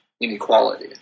inequality